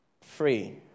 free